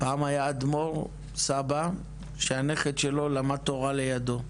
פעם היה אדמו"ר סבא, שהנכד שלו למד תורה לידו,